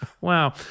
wow